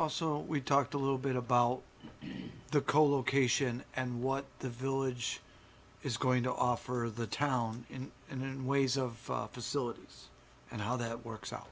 also we talked a little bit about the colocation and what the village is going to offer the town in and ways of facilities and how that works out